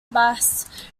bas